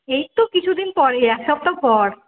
এই তো কিছু দিন পরেই এক সপ্তাহ পর